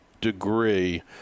degree